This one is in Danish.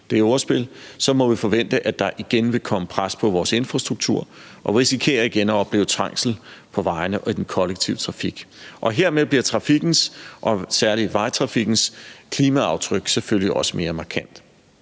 det ordspil – må vi forvente, at der igen vil komme pres på vores infrastruktur, og vi risikerer igen at opleve trængsel på vejene og i den kollektive trafik. Hermed bliver trafikkens og særlig vejtrafikkens klimaaftryk selvfølgelig også mere markant.